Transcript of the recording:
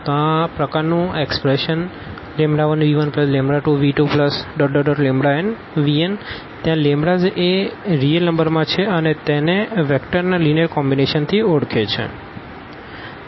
તો આ પ્રકાર નું એક્ષપ્રેશન 1v12v2nvn જ્યાં λsએ રીઅલ નંબર માં છે અને તેને વેક્ટર ના લીનીઅર કોમ્બીનેશન થી ઓળખે છે v1v2vn